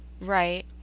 right